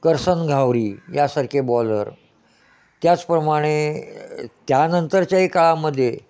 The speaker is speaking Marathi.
कर्सन घावरी यासारखे बॉलर त्याचप्रमाणे त्यानंतरच्याही काळामध्ये